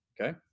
okay